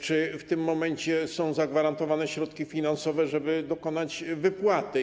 Czy w tym momencie są zagwarantowane środki finansowe, żeby dokonać wypłaty?